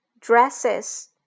dresses